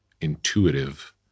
intuitive